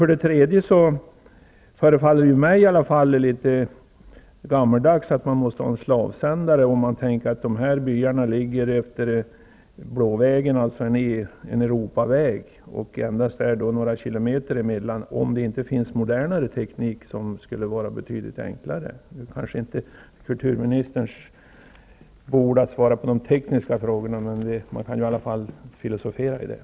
För det tredje förefaller det mig litet gammaldags att ha en slavsändare med tanke på att dessa byar ligger efter Blåvägen, en Europaväg. Finns det inte en modernare teknik som också är betydligt enklare? Det är kanske inte kulturministerns bord att svara på de tekniska frågorna, men man kan i alla fall filosofera över dem.